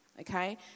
Okay